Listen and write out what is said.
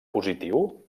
positiu